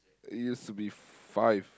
it used to be five